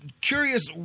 curious